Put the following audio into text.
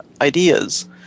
ideas